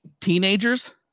Teenagers